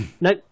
Nope